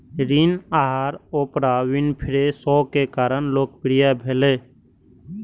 ऋण आहार Oprah Winfrey show के कारण लोकप्रिय भेलै